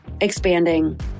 expanding